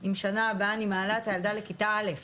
אם שנה הבאה אני מעלה את הילדה לכיתה א',